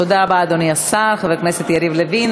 תודה רבה, אדוני השר חבר הכנסת יריב לוין.